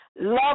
Love